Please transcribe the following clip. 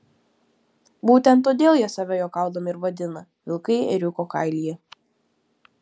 būtent todėl jie save juokaudami ir vadina vilkai ėriuko kailyje